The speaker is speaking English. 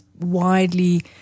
widely